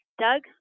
Doug